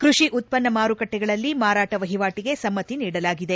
ಕ್ಕಷಿ ಉತ್ತನ್ನ ಮಾರುಕಟ್ಟೆಗಳಲ್ಲಿ ಮಾರಾಟ ವಹಿವಾಟಿಗೆ ಸಮ್ಮತಿ ನೀಡಲಾಗಿದೆ